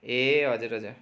ए हजुर हजुर